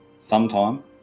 sometime